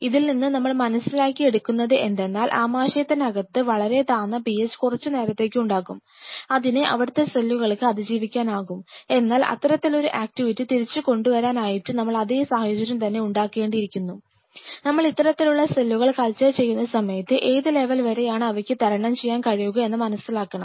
ഇതിൽനിന്ന് നമ്മൾ മനസ്സിലാക്കി എടുക്കുന്നത് എന്തെന്നാൽ ആമാശയത്തിനകത്ത് വളരെ താന്ന PH കുറച്ചുനേരത്തേക്ക് ഉണ്ടാകും അതിനെ അവിടത്തെ സെല്ലുകൾക്ക് അതിജീവിക്കാനാകും എന്നാൽ അത്തരത്തിലൊരു ആക്ടിവിറ്റി തിരിച്ചുകൊണ്ടുവരാൻ ആയിട്ട് നമ്മൾ അതേ സാഹചര്യം തന്നെ ഉണ്ടാകേണ്ടിയിരിക്കുന്നു നമ്മൾ ഇത്തരത്തിലുള്ള സെല്ലുകൾ കൾച്ചർ ചെയ്യുന്ന സമയത്ത് ഏത് ലെവൽ വരെയാണ് അവയ്ക്ക് തരണം ചെയ്യാൻ കഴിയുക എന്ന് മനസ്സിലാക്കണം